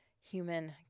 human